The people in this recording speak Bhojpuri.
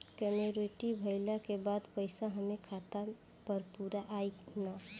मच्योरिटी भईला के बाद पईसा हमरे खाता म पूरा आई न?